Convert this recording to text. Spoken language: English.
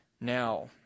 now